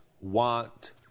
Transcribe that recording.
want